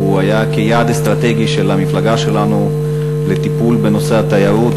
הוא היה כיעד אסטרטגי של המפלגה שלנו לטיפול בנושא התיירות,